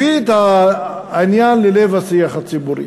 הביאה את העניין ללב השיח הציבורי.